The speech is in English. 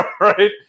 right